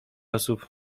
osób